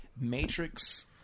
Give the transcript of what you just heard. Matrix